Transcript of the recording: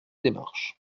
démarches